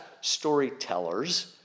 storytellers